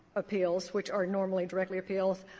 appeals, which are normally directly appeals,